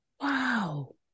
wow